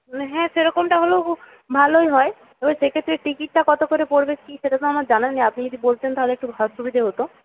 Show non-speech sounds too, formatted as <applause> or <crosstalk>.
হ্যাঁ সেরকমটা হলেও <unintelligible> ভালোই হয় এবার সেক্ষেত্রে টিকিটটা কতো করে পড়বে কি সেটা তো আমার জানা নেই আপনি যদি বলতেন তাহলে একটু <unintelligible> সুবিধে হতো